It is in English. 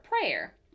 prayer